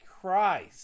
Christ